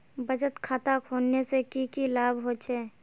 बचत खाता खोलने से की की लाभ होचे?